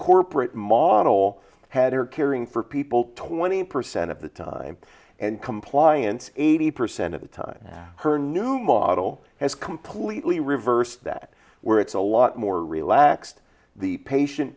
corporate model had her caring for people twenty percent of the time and compliance eighty percent of the time her new model has completely reversed that where it's a lot more relaxed the patient